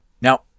Now